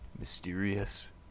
Mysterious